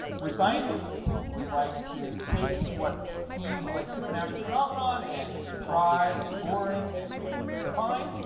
we're scientists. we like to take what seems like supernatural phenomenon and make it dry and boring and clinically defined.